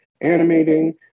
animating